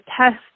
test